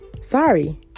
Sorry